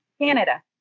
Canada